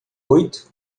oito